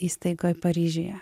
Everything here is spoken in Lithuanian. įstaigoj paryžiuje